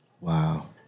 Wow